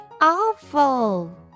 awful